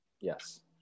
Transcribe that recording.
Yes